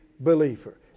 Believer